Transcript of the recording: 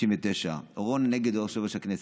1030/99, אורון נ' יושב-ראש הכנסת.